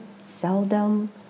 seldom